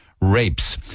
rapes